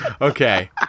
Okay